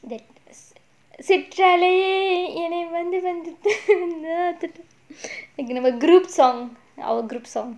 அலையே சிற்றலையே என்னை வந்து வந்து போகும்:alaiyae sitralayae ennai vandhu vandhu pogum group song our group song